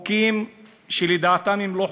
חוקים שלדעתם הם לא חוקתיים.